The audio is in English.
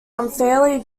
unfairly